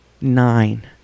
nine